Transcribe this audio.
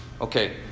Okay